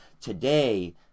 Today